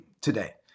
today